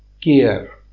care